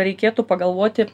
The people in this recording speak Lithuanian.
reikėtų pagalvoti